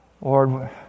Lord